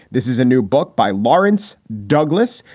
this is a new book by lawrence douglas.